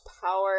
Power